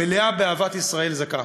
המלאה באהבת ישראל זכה.